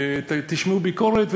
תשמעו ביקורת,